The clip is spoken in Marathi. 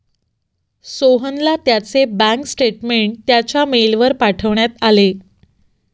सोहनला त्याचे बँक स्टेटमेंट त्याच्या मेलवर पाठवण्यात आले